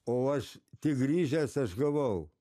o aš tik grįžęs aš gavau